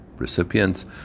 recipients